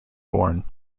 born